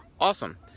awesome